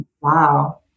Wow